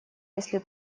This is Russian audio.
если